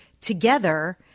together